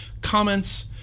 comments